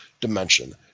dimension